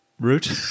root